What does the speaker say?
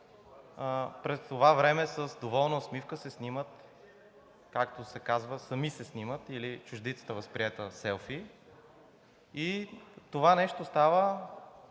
през това време с доволна усмивка се снимат, както се казва – сами се снимат, или възприетата чуждица „селфи“, и това нещо става